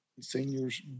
Seniors